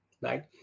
right